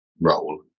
role